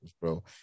bro